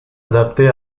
adaptée